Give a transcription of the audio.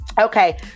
okay